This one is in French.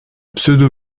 pseudo